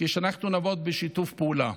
כשאנחנו נעבוד בשיתוף פעולה.